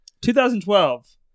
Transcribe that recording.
2012